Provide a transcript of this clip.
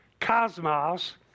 cosmos